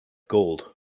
gold